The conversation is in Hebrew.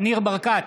ניר ברקת,